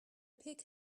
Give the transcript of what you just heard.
pick